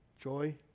joy